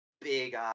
big